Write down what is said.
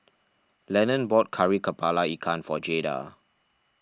Lennon bought Kari Kepala Ikan for Jaeda